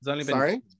Sorry